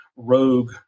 rogue